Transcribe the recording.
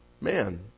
man